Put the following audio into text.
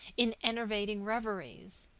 in enervating reveries.